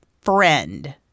friend